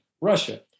Russia